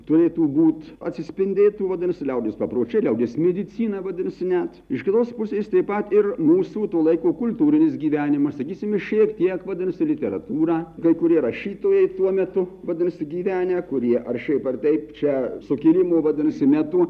turėtų būt atsispindėtų vadinasi liaudies papročiai liaudies medicina vadinasi net iš kitos pusės taip pat ir mūsų to laiko kultūrinis gyvenimas sakysim šiek tiek vadinasi literatūra kai kurie rašytojai tuo metu vadinasi gyvenę kurie ar šiaip ar taip čia sukilimo vadinasi metu